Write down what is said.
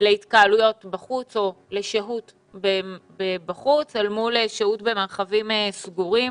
להתקהלויות בחוץ או לשהות בחוץ אל מול שהות במרחבים סגורים.